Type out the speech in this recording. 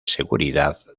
seguridad